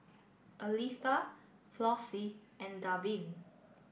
Aletha Flossie and Davin